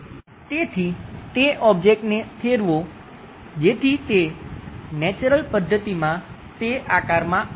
તેથી તે ઓબ્જેક્ટને ફેરવો જેથી તે નેચરલ પદ્ધતિમાં તે આકારમાં આવે